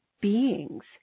beings